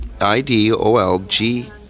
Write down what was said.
I-D-O-L-G